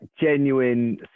genuine